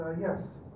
yes